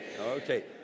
okay